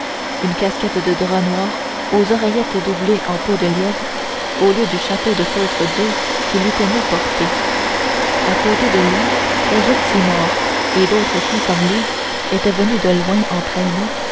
une casquette de drap noir aux oreillettes doublées en peau de lièvre au lieu du chapeau de feutre dur qu'il eût aimé porter à côté de lui égide simard et d'autres qui comme lui étaient venus de loin en traîneau